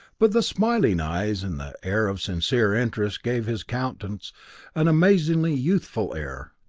but the smiling eyes, and the air of sincere interest gave his countenance an amazingly youthful air.